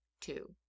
two